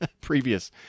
previous